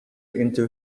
into